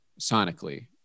sonically